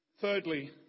Thirdly